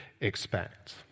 Expect